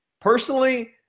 Personally